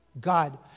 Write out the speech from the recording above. God